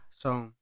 song